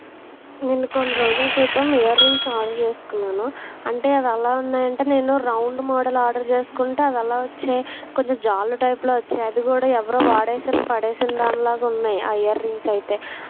నేను కొన్ని రోజుల క్రితం ఇయర్ రింగ్స్ ఆర్డర్ చేసుకున్నాను అంటే అవి ఎలా ఉన్నాయంటే నేను రౌండ్ మోడల్ ఆర్డర్ చేసుకుంటే అవి అలా వచ్చాయి కొంచెం జాలు టైప్లో వచ్చాయి అది కూడా ఎవరో వాడేసిన పడేసిన దానిలాగా ఉన్నాయి ఆ ఇయర్ రింగ్స్ అయితే